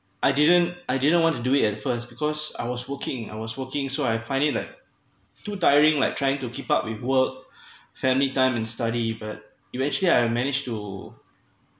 I didn't I didn't want to do it at first because I was working I was working so I find it like too tiring like trying to keep up with work family time and study but eventually I managed to